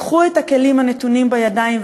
קחו את הכלים הנתונים בידיים,